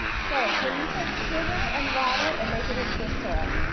so when you take sugar and water and make it into a syrup,